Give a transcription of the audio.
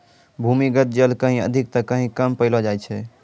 भूमीगत जल कहीं अधिक त कहीं कम पैलो जाय छै